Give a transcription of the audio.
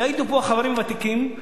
יעידו פה החברים הוותיקים,